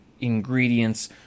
ingredients